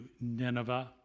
Nineveh